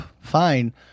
Fine